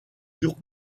jours